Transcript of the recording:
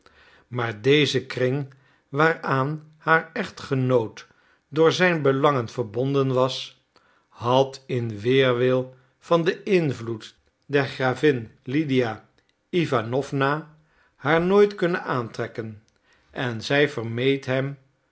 maar deze kring waaraan haar echtgenoot door zijn belangen verbonden was had in weerwil van den invloed der gravin lydia iwanowna haar nooit kunnen aantrekken en zij vermeed hem